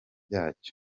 yacyo